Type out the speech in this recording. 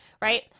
Right